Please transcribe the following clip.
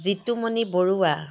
Jitumoni Barua